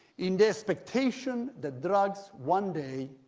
in the expectation that drugs, one day,